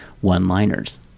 one-liners